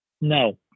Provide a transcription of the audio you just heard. No